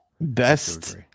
Best